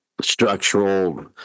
structural